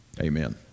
Amen